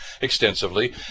extensively